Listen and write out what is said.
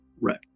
Right